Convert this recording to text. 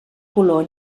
color